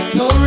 no